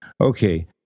Okay